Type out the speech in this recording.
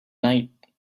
night